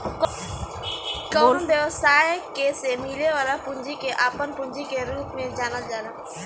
कवनो व्यवसायी के से मिलल पूंजी के आपन पूंजी के रूप में जानल जाला